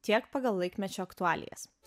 tiek pagal laikmečio aktualijas